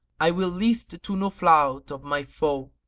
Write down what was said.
i will list to no flout of my foe!